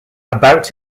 about